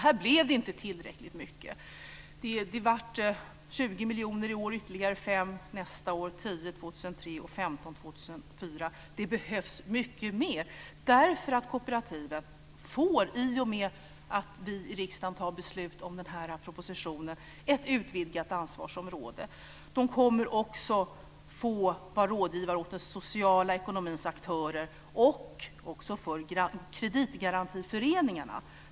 Här blev det inte tillräckligt mycket. Det blev 20 miljoner för i år, ytterligare 5 miljoner nästa år, 10 miljoner år 2003 och 15 miljoner år 2004. Det behövs mycket mer, därför att i och med att vi i riksdagen fattar beslut om den här propositionen får kooperativen ett utvidgat ansvarsområde. De kommer också att få vara rådgivare till den sociala ekonomins aktörer och också till kreditgarantiföreningarna.